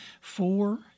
four